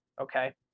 okay